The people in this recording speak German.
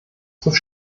zur